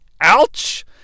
Ouch